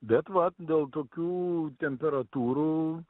bet va dėl tokių temperatūrų